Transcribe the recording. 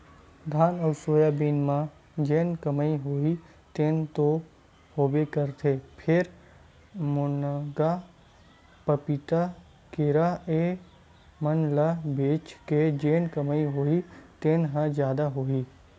धान अउ सोयाबीन म जेन कमई होही तेन तो होबे करथे फेर, मुनगा, पपीता, केरा ए मन ल बेच के जेन कमई होही तेन ह जादा होही